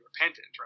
repentant